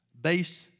based